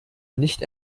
nicht